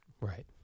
right